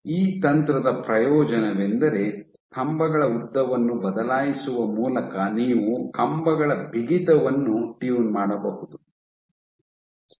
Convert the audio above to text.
ಈ ತಂತ್ರದ ಪ್ರಯೋಜನವೆಂದರೆ ಸ್ತಂಭಗಳ ಉದ್ದವನ್ನು ಬದಲಾಯಿಸುವ ಮೂಲಕ ನೀವು ಕಂಬಗಳ ಬಿಗಿತವನ್ನು ಟ್ಯೂನ್ ಮಾಡಬಹುದು